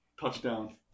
Touchdown